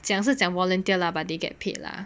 讲是讲 volunteer lah but they get paid lah